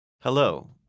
Hello